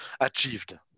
achieved